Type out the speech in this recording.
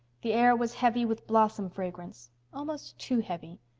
the air was heavy with blossom fragrance almost too heavy.